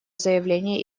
заявление